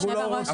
אנחנו לא רוצים.